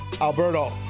Alberto